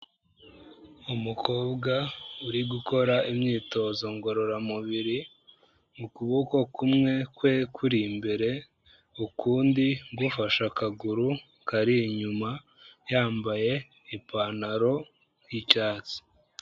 Umukobwa uri gukora imyitozo ngororamubiri, ukuboko kumwe kwe kuri imbere, ukundi gufashe akaguru kari inyuma, yambaye ipantaro y'icyatsi.